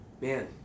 man